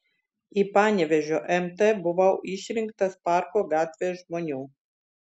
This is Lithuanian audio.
į panevėžio mt buvau išrinktas parko gatvės žmonių